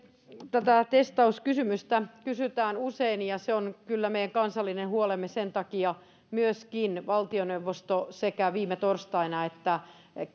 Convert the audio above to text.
tätä testauskysymystä kysytään usein ja se on kyllä meidän kansallinen huolemme sen takia myöskin valtioneuvosto sekä viime torstaina että